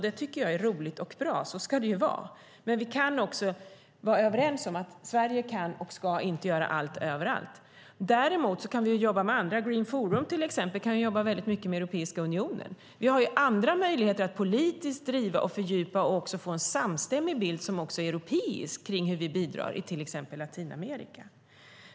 Det tycker jag är roligt och bra. Så ska det vara. Men vi kan också vara överens om att Sverige kan och ska inte göra allt överallt. Däremot kan vi jobba med andra. Exempelvis Green Forum kan jobba mycket med Europeiska unionen. Vi har andra möjligheter att politiskt driva och fördjupa detta arbete och få en samstämmig bild som också är europeisk kring hur vi bidrar i till exempel Latinamerika.